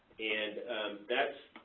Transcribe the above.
and that's,